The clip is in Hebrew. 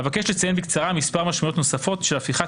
אבקש לציין בקצרה מספר משמעויות נוספות של הפיכת